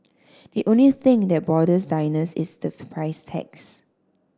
the only thing that bothers diners is the price tags